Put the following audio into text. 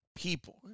People